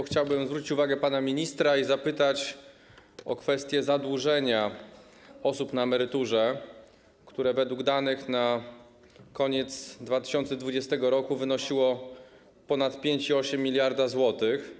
Chciałbym zwrócić uwagę pana ministra i zapytać o kwestię zadłużenia osób na emeryturze, które według danych na koniec 2020 r. wynosiło ponad 5,8 mld zł.